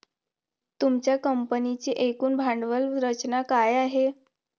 तुमच्या कंपनीची एकूण भांडवल रचना काय आहे?